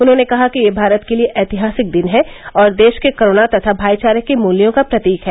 उन्होंने कहा कि यह भारत के लिए ऐतिहासिक दिन है और देश के करूणा तथा भाईचारे के मूल्यों का प्रतीक है